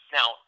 Now